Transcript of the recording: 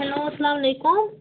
hello اسلام علیکُم